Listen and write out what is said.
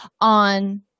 on